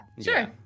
Sure